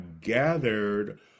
gathered